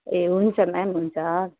ए हुन्छ म्याम हुन्छ